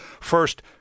First